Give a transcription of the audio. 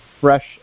fresh